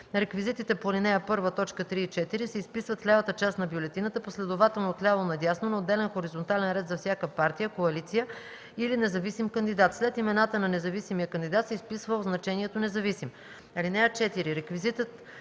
Реквизитите по ал. 1, т. 3 и 4 се изписват в лявата част на бюлетината последователно от ляво на дясно на отделен хоризонтален ред за всяка партия, коалиция или независим кандидат. След имената на независимия кандидат се изписва означението „независим”. (4)